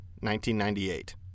1998